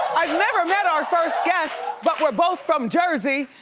i've never met our first guest but we're both from jersey.